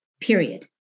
period